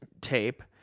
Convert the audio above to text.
tape